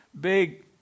big